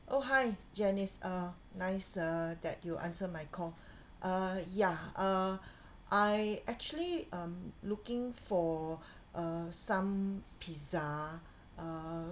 oh hi janice uh nice uh that you answer my call uh ya uh I actually um looking for uh some pizza uh